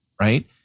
Right